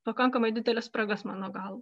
pakankamai dideles spragas mano galva